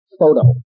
photo